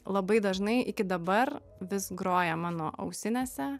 labai dažnai iki dabar vis groja mano ausinėse